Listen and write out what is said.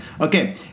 Okay